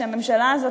שהממשלה הזאת,